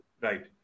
right